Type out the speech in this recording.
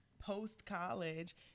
post-college